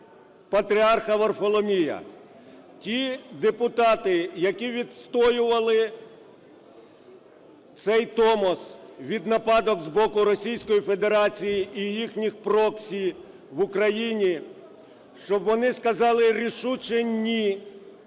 Патріарха Варфоломія, ті депутати, які відстоювали цей Томос від нападок з боку Російської Федерації і їхніх проксі в Україні, щоб вони сказали рішуче "ні"